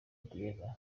diana